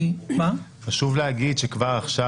חשוב להגיד שכבר עכשיו,